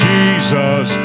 Jesus